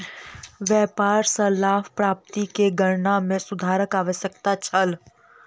व्यापार सॅ लाभ प्राप्ति के गणना में सुधारक आवश्यकता छल